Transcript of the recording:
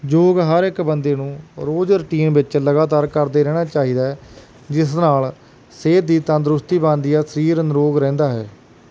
ਯੋਗ ਹਰ ਇੱਕ ਬੰਦੇ ਨੂੰ ਰੋਜ਼ ਰੂਟੀਨ ਵਿੱਚ ਲਗਾਤਾਰ ਕਰਦੇ ਰਹਿਣਾ ਚਾਹੀਦਾ ਜਿਸ ਨਾਲ ਸਿਹਤ ਦੀ ਤੰਦਰੁਸਤੀ ਬਣਦੀ ਹੈ ਸਰੀਰ ਨਿਰੋਗ ਰਹਿੰਦਾ ਹੈ